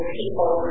people